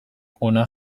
hona